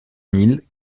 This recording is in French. mille